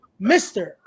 Mr